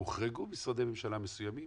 הוחרגו משרדי ממשלה מסוימים,